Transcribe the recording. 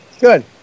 good